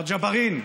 מר ג'בארין,